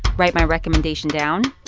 write my recommendation down.